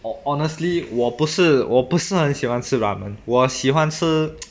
hon~ honestly 我不是我不是很喜欢吃 ramen 我喜欢吃